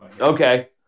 okay